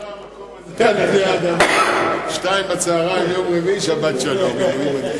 לא נברא המקום הזה שביום רביעי ב-14:00 אומרים שבת שלום.